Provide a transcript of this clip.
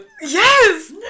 Yes